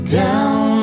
down